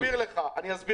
אסביר לך.